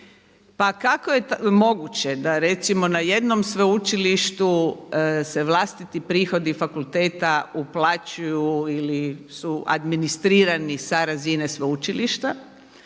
Pa kako je moguće da recimo na jednom sveučilištu se vlastiti prihodi fakulteta uplaćuju ili su administrirani sa razine sveučilišta